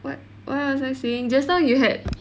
what what was I saying just now you had